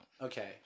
Okay